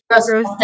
gross